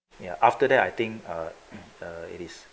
ya after that I think uh uh it is